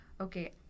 okay